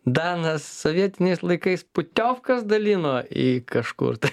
danas sovietiniais laikais putiokas dalino į kažkur tai